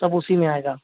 सब उसी में आएगा